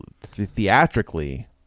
theatrically